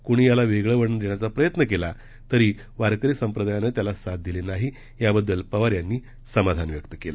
कुणी याला वेगळं वळण देण्याचा प्रयत्न केला तरी वारकरी संप्रदायानं त्याला साथ दिली नाही याबद्दल पवार यांनी समाधान व्यक्त केलं